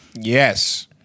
Yes